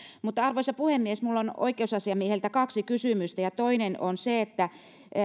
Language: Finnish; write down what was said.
arvoisa puhemies minulla on oikeusasiamiehelle kaksi kysymystä toinen niistä on